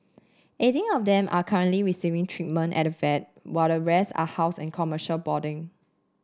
eighteen of them are currently receiving treatment at the vet while the rest are housed in commercial boarding